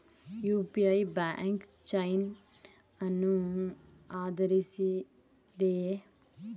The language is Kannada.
ಯು.ಪಿ.ಐ ಬ್ಲಾಕ್ ಚೈನ್ ಅನ್ನು ಆಧರಿಸಿದೆಯೇ?